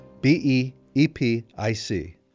B-E-E-P-I-C